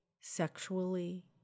sexually